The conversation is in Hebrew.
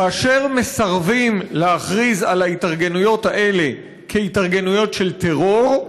כאשר מסרבים להכריז על ההתארגנויות האלה כהתארגנויות של טרור,